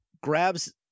grabs